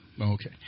Okay